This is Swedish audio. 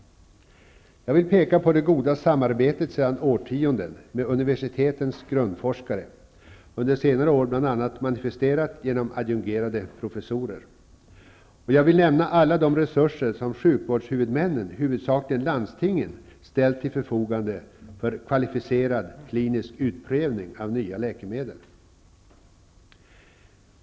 Jag vill peka på det goda samarbetet sedan årtionden med universitetens grundforskare, under senare år bl.a. manifesterat genom adjungerade professorer. Jag vill också nämna alla de resurser som sjukvårdshuvudmännen, huvudsakligen landstingen, ställt till förfogande för kvalificerad klinisk utprövning av nya läkemedel.